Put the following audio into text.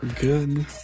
good